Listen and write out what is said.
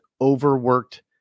overworked